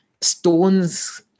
stones